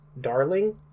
Darling